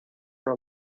for